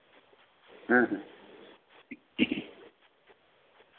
ᱦᱮᱸ ᱦᱮᱸ